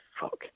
fuck